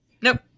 Nope